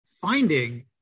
finding